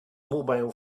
mobile